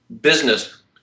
business